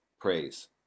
praise